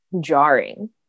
jarring